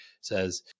says